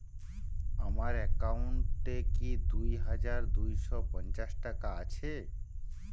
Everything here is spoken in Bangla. আমার অ্যাকাউন্ট এ কি দুই হাজার দুই শ পঞ্চাশ টাকা আছে?